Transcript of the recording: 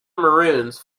maroons